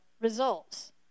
results